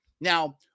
Now